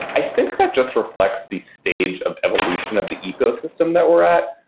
i think that just reflects the stage of evolution of the ecosystem that we're at.